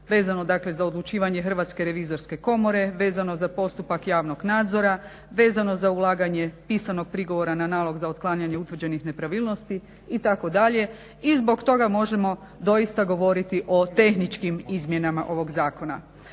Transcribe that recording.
vezano dakle za odlučivanje Hrvatske revizorske komore vezano za postupak javnog nadzora, vezano za ulaganje pisanog prigovora na nalog za uklanjanje utvrđenih nepravilnosti itd. i zbog toga možemo doista govoriti o tehničkim izmjenama ovog zakona.